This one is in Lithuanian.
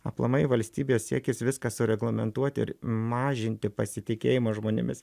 aplamai valstybės siekis viską sureglamentuoti ir mažinti pasitikėjimą žmonėmis